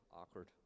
awkward